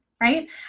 right